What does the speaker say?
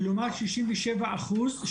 כאילו מהשישים ושבעה אחוז,